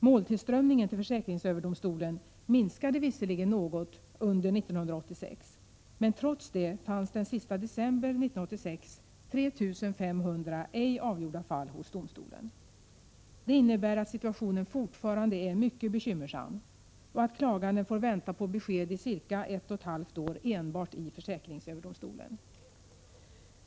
Måltillströmningen till försäkringsöverdomstolen minskade visserligen något under 1986, men den sista december 1986 fanns trots detta 3 500 ej avgjorda fall hos domstolen. Det innebär att situationen fortfarande är mycket bekymmersam och att klaganden får vänta på besked i cirka ett och ett halvt år enbart i försäkringsöverdomstolen.